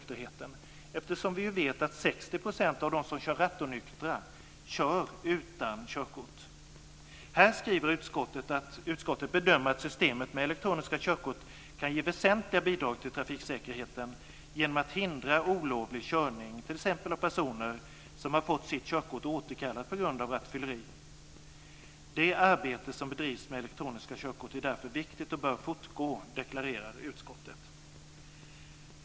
Här skriver utskottet att utskottet bedömer att systemet med elektroniska körkort kan ge väsentliga bidrag till trafiksäkerheten genom att hindra olovlig körning t.ex. av personer som har fått sitt körkort återkallat på grund av rattfylleri. Det arbete som bedrivs med elektroniska körkort är därför viktigt och bör fortgå, deklarerar utskottet.